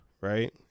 right